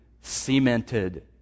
cemented